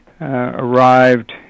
arrived